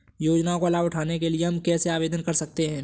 योजनाओं का लाभ उठाने के लिए हम कैसे आवेदन कर सकते हैं?